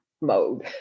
mode